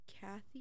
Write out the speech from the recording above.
Kathy